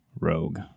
rogue